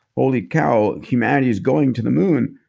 holy cow, humanity is going to the moon.